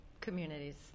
communities